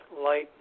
light